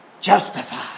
justified